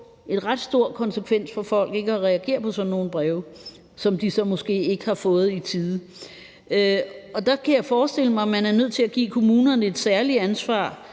få ret store konsekvenser for folk ikke at reagere på sådan nogle breve, som de så måske ikke har fået i tide. Der kan jeg forestille mig, at man er nødt til at give kommunerne et særligt ansvar